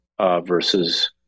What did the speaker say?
versus